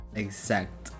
exact